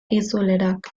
itzulerak